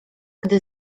gdy